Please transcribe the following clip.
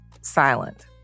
silent